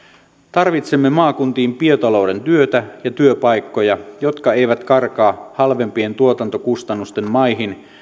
tarvitsemme maakuntiin biotalouden työtä ja työpaikkoja jotka eivät karkaa halvempien tuotantokustannusten maihin